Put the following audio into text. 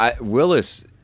willis